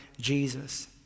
Jesus